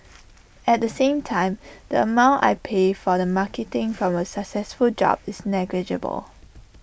at the same time the amount I pay for the marketing from A successful job is negligible